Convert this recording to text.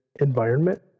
environment